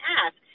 ask